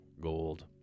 gold